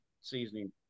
seasoning